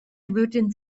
würden